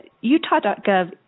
utah.gov